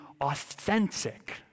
authentic